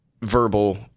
verbal